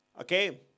Okay